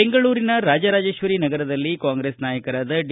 ಬೆಂಗಳೂರಿನ ರಾಜರಾಜೇಶ್ವರಿ ನಗರದಲ್ಲಿ ಕಾಂಗ್ರೆಸ್ ನಾಯಕರಾದ ಡಿ